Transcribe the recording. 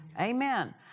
Amen